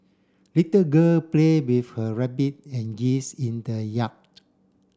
little girl play with her rabbit and geese in the yard